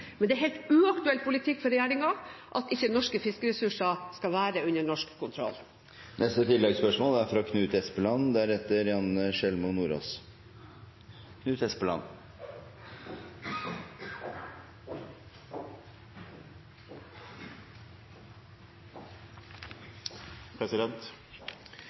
Men det er helt uaktuell politikk for regjeringen at norske fiskeressurser ikke skal være under norsk kontroll. Knut Espeland